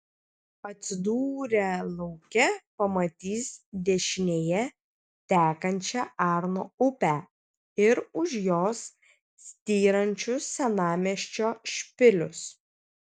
atsidūrę lauke pamatys dešinėje tekančią arno upę ir už jos styrančius senamiesčio špilius